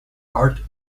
art